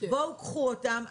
בואו קחו אותם,